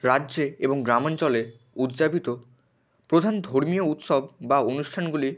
রাজ্যে এবং গ্রামাঞ্চলে উদ্যাপিত প্রধান ধর্মীয় উৎসব বা অনুষ্ঠানগুলি